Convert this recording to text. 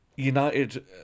United